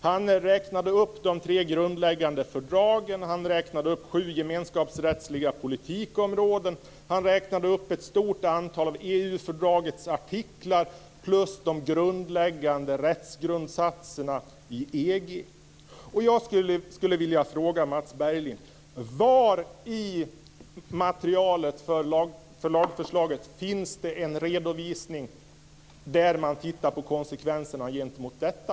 Han räknade upp de tre grundläggande fördragen, sju gemenskapsrättsliga politikområden, ett stort antal av EU-fördragets artiklar samt de grundläggande rättsgrundsatserna i EG. Jag skulle vilja fråga Mats Berglind: Var i materialet för lagförslaget finns en redovisning där man tittar på konsekvenserna gentemot detta?